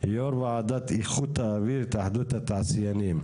יו"ר ועדת איכות אוויר, התאחדות התעשיינים.